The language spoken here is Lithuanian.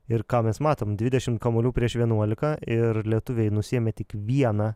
ir ką mes matom dvidešim kamuolių prieš vienuolika ir lietuviai nusiėmė tik vieną